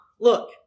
Look